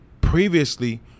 previously